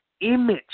image